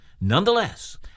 Nonetheless